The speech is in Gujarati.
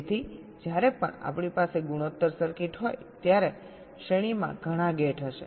તેથી જ્યારે પણ આપણી પાસે ગુણોત્તર સર્કિટ હોય ત્યારે શ્રેણીમાં ઘણા ગેટ હશે